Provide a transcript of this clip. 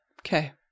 Okay